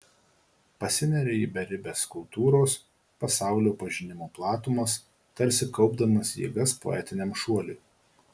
pasineria į beribes kultūros pasaulio pažinimo platumas tarsi kaupdamas jėgas poetiniam šuoliui